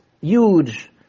huge